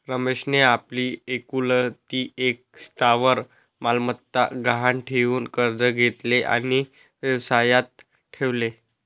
रमेशने आपली एकुलती एक स्थावर मालमत्ता गहाण ठेवून कर्ज घेतले आणि व्यवसायात ठेवले